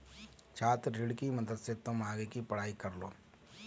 छात्र ऋण की मदद से तुम आगे की पढ़ाई कर लो